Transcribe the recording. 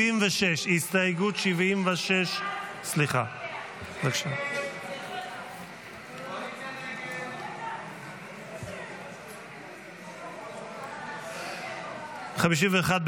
נצביע כעת על הסתייגות 76. הצבעה.